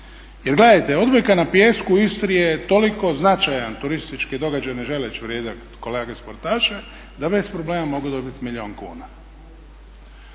Jer gledajte, odbojka na pijesku u Istri je toliko značajan turistički događaj ne želeći vrijeđati kolege sportaše da bez problema mogu dobiti milijun kuna.